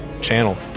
channel